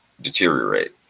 deteriorate